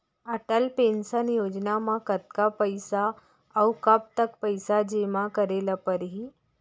Atal pension Yojana म कतका पइसा, अऊ कब तक पइसा जेमा करे ल परही?